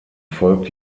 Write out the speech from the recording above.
folgt